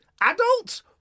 Adults